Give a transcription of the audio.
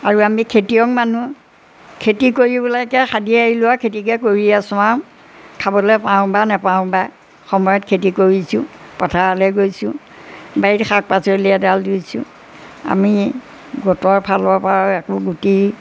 আৰু আমি খেতিয়ক মানুহ খেতি কৰিবলৈকে সাধি আহিলোঁ আৰু খেতিকে কৰি আছোঁ আৰু খাবলৈ পাওঁ বা নেপাওঁ বা সময়ত খেতি কৰিছোঁ পথাৰলৈ গৈছোঁ বাৰীত শাক পাচলি এডাল দি দিছোঁ আমি গোটৰ ফালৰপৰাও একো গুটি